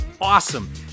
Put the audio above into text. awesome